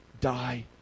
die